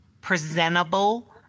presentable